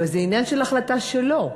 אבל זה עניין של החלטה שלו.